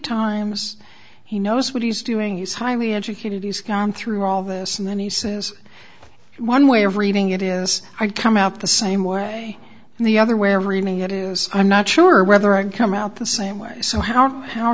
times he knows what he's doing he's highly educated use gone through all this and then he says one way of reading it is i come out the same way and the other where reaming it is i'm not sure whether i can come out the same way so how how